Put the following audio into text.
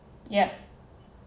yup